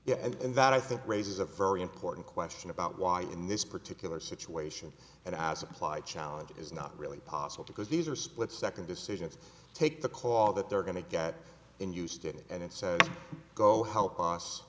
yet and that i think raises a very important question about why in this particular situation and as applied challenge is not really possible because these are split second decisions take the call that they're going to get in used it and it says go help us